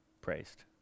praised